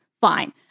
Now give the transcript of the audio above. Fine